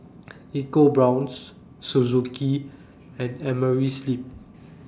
EcoBrown's Suzuki and Amerisleep